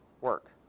work